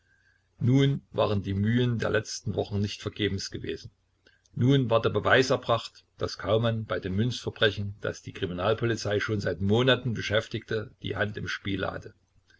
nun waren die mühen der letzten wochen nicht vergebens gewesen nun war der beweis erbracht daß kaumann bei dem münzverbrechen das die kriminalpolizei schon seit monaten beschäftigte die hand im spiele hatte